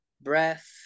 breath